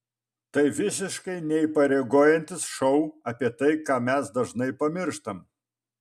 tai visiškai neįpareigojantis šou apie tai ką mes dažnai pamirštam